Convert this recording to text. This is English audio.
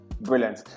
Brilliant